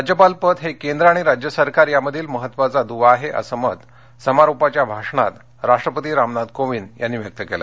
राज्यपाल पद हे केंद्रआणि राज्यसरकार यामधील महत्वाचा दुवा आहे असं मत समारोपाच्या भाषणात राष्ट्रपतीरामनाथ कोविंद यांनी व्यक्त केलं